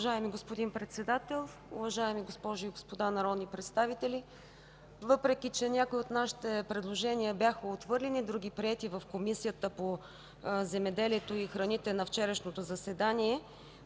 Уважаеми господин Председател, уважаеми госпожи и господа народни представители! Въпреки че някои от нашите предложения бяха отхвърлени, а други приети в Комисията по земеделието и храните на вчерашното заседание,